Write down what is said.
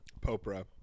Popra